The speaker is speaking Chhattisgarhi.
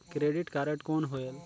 क्रेडिट कारड कौन होएल?